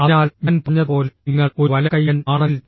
അതിനാൽ ഞാൻ പറഞ്ഞതുപോലെ നിങ്ങൾ ഒരു വലംകൈയ്യൻ ആണെങ്കിൽ